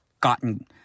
gotten